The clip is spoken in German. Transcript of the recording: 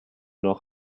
noch